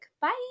bye